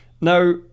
Now